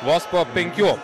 vos po penkių